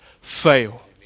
fail